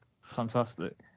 fantastic